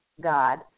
God